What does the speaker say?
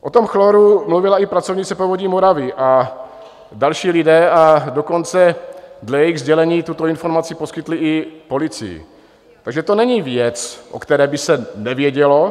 O tom chloru mluvila i pracovnice Povodí Moravy a další lidé, a dokonce dle jejich sdělení tuto informaci poskytli i policii, takže to není věc, o které by se nevědělo.